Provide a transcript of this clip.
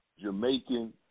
Jamaican